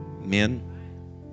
men